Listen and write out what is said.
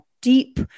deep